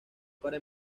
para